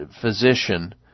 physician